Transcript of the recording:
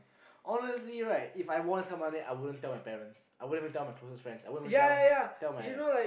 honestly right If I won some money I wouldn't tell my parents I wouldn't even tell my closest friends I wouldn't even tell tell my